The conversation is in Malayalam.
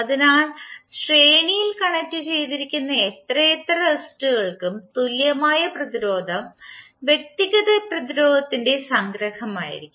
അതിനാൽ ശ്രേണിയിൽ കണക്റ്റുചെയ്തിരിക്കുന്ന എത്രയെത്ര റെസിസ്റ്ററുകൾക്കും തുല്യമായ പ്രതിരോധം വ്യക്തിഗത പ്രതിരോധത്തിന്റെ സംഗ്രഹമായിരിക്കും